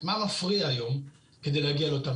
מה מפריע היום כדי להגיע לאותן